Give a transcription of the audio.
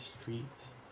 streets